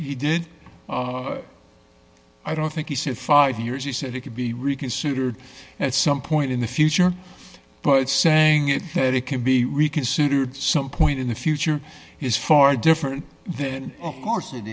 he did i don't think he said five years he said it could be reconsidered at some point in the future but saying it that it can be reconsidered some point in the future is far different then of course it